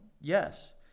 yes